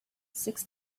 six